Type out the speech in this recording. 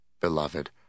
Beloved